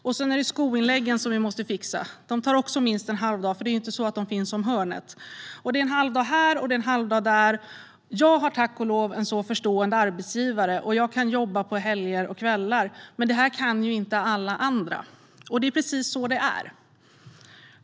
Och sedan är det skoinläggen som vi måste fixa. Det tar också minst en halv dag, för det är ju inte så att de finns om hörnet. Det är en halvdag här och en halvdag där. Jag har tack och lov en förstående arbetsgivare och kan jobba på helger och kvällar, men det kan ju inte alla andra." Det är precis så det är.